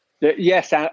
Yes